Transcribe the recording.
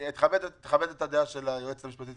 תכבד את הדעה של היועצת המשפטית,